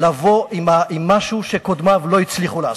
לבוא עם משהו שקודמיו לא הצליחו לעשות.